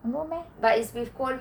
no meh